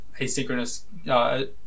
asynchronous